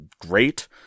great